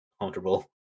comfortable